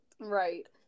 Right